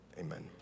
Amen